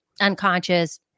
unconscious